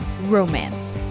romance